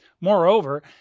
moreover